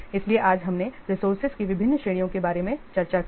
इसलिए आज हमने रिसोर्सेज की विभिन्न श्रेणियों के बारे में चर्चा की है